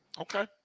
Okay